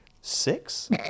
Six